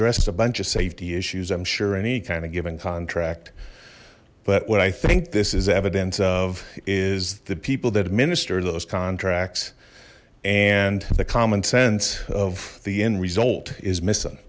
dressed as a bunch of safety issues i'm sure any kind of given contract but what i think this is evidence of is the people that administer those contracts and the common sense of the end result is missing